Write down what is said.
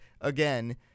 again